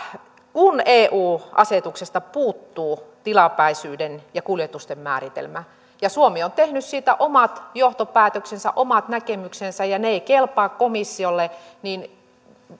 kun eu asetuksesta puuttuu tilapäisyyden ja kuljetusten määritelmä ja suomi on tehnyt siitä omat johtopäätöksensä omat näkemyksensä ja ne eivät kelpaa komissiolle niin